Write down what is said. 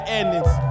endings